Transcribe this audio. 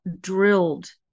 drilled